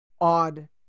odd